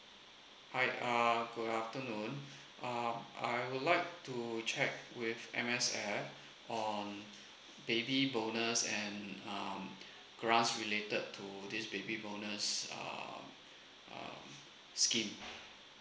hi uh good afternoon uh I would like to check with M_S_F on baby bonus and um grants related to this baby bonus um um scheme